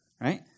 right